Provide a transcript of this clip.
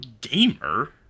gamer